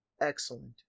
excellent